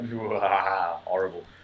horrible